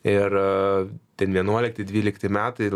ir ten vienuolikti dvylikti metai